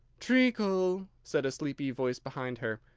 treacle, said a sleepy voice behind her.